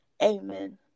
amen